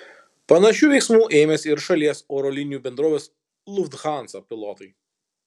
panašių veiksmų ėmėsi ir šalies oro linijų bendrovės lufthansa pilotai